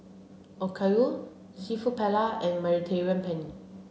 Okayu Seafood Paella and Mediterranean Penne